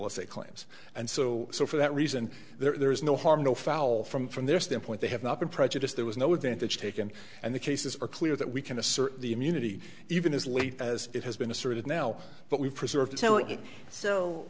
as a claims and so so for that reason there is no harm no foul from from their standpoint they have not been prejudiced there was no advantage taken and the cases are clear that we can assert the immunity even as late as it has been asserted now but we preserve